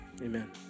Amen